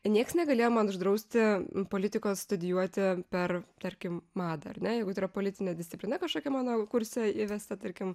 niekas negalėjo man uždrausti politikos studijuoti per tarkim madą ar ne jeigu tai yra politinė disciplina kažkokia mano kurse įvesta tarkim